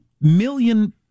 million